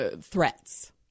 threats